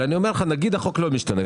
אבל אני אומר לך שנגיד שהחוק לא משתנה.